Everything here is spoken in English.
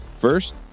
First